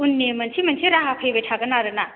उननि मोनसे मोनसे राहा फैबाय थागोन आरोना